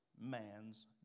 man's